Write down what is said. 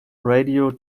radio